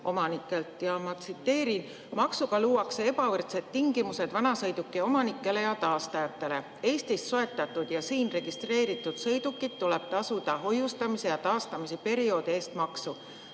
omanikelt. Ma tsiteerin: "Maksuga luuakse ebavõrdsed tingimused vanasõiduki omanikele ja taastajatele. Eestist soetatud ja siin registreeritud sõidukilt tuleb tasuda hoiustamise ja taastamise perioodi eest maksu.